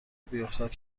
بیفتد